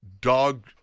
dog